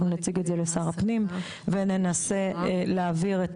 אנחנו נציג את זה לשר הפנים וננסה להעביר את